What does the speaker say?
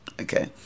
okay